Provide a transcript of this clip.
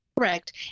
Correct